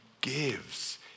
gives